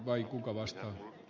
arvoisa puhemies